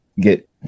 get